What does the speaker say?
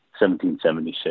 1776